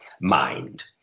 mind